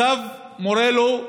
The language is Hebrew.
הצו מורה לו,